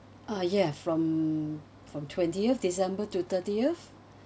uh yeah from from twentieth december to thirtieth